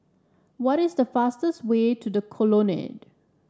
what is the fastest way to The Colonnade